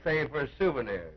save for a souvenir